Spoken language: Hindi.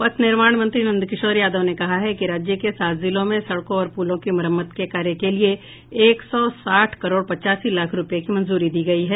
पथ निर्माण मंत्री नंदकिशोर यादव ने कहा है कि राज्य के सात जिलों में सड़कों और पुलों की मरम्मत के कार्य के लिये एक सौ आठ करोड़ पचासी लाख रूपये की मंजूरी दी गयी है